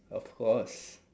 of course